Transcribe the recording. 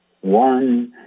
one